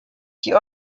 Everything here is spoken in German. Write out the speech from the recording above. die